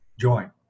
join